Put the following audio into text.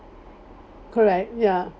correct ya